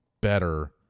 better